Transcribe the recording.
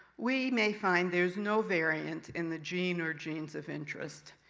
we may find there's no variant in the gene or genes of interest.